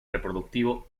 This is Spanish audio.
reproductivo